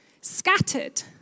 scattered